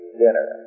dinner